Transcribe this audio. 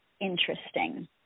interesting